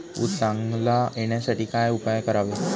ऊस चांगला येण्यासाठी काय उपाय करावे?